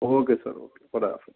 okay sir okay خدا حافظ